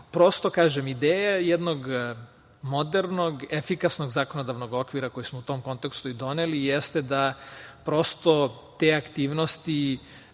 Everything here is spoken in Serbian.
kažem, ideja jednog modernog, efikasnog zakonodavnog okvira, koji smo u tom kontekstu i doneli, jeste da prosto te aktivnosti